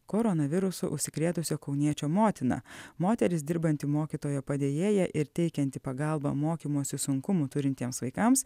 koronavirusu užsikrėtusio kauniečio motina moteris dirbanti mokytojo padėjėja ir teikianti pagalbą mokymosi sunkumų turintiems vaikams